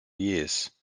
years